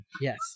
Yes